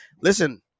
Listen